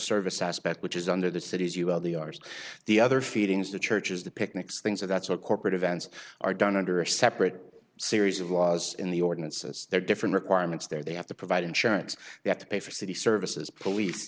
service aspect which is under the cities you on the arse the other feedings the churches the picnics things that's a corporate events are done under a separate series of laws in the ordinances there are different requirements there they have to provide insurance you have to pay for city services police